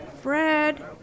Fred